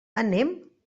anem